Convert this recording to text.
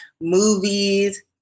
movies